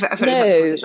no